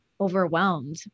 overwhelmed